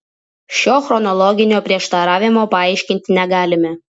šio chronologinio prieštaravimo paaiškinti negalime